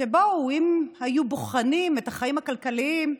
שאם היו בוחנים את החיים הכלכליים,